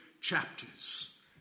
chapters